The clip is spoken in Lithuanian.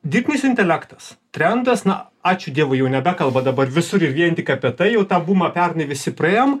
dirbtinis intelektas trendas na ačiū dievui jau nebekalba dabar visur ir vien tik apie tai jau tą bumą pernai visi praėjom